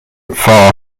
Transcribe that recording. far